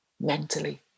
mentally